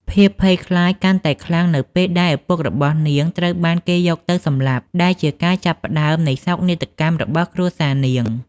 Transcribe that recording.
ភាពភ័យខ្លាចកាន់តែខ្លាំងនៅពេលដែលឪពុករបស់នាងត្រូវបានគេយកទៅសម្លាប់ ដែលជាការចាប់ផ្ដើមនៃសោកនាដកម្មរបស់គ្រួសារនាង។